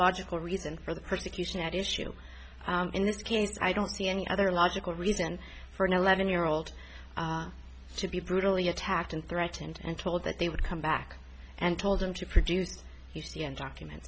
logical reason for the persecution at issue in this case i don't see any other logical reason for an eleven year old to be brutally attacked and threatened and told that they would come back and told them to produce you see and document